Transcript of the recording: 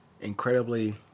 incredibly